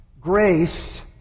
Grace